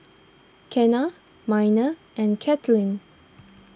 Kenna Miner and Kaitlyn